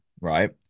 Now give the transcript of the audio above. right